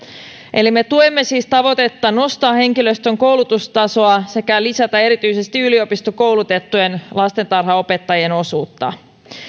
eli me tuemme siis tavoitetta nostaa henkilöstön koulutustasoa ja lisätä erityisesti yliopistokoulutettujen lastentarhanopettajien osuutta